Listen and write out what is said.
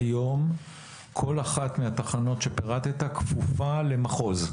היום כל אחת מהתחנות שפירטת כפופה למחוז.